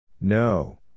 No